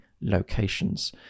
Locations